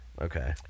Okay